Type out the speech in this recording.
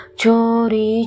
chori